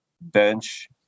bench